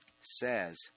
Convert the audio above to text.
says